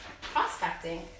Prospecting